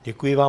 Děkuji vám.